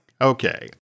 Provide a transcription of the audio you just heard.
Okay